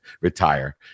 retire